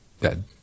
dead